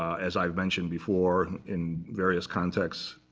as i've mentioned before in various contexts,